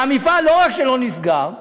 והמפעל, לא רק שלא נסגר,